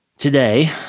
Today